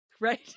Right